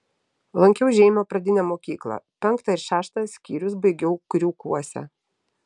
lankiau žeimio pradinę mokyklą penktą ir šeštą skyrius baigiau kriūkuose